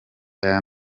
aya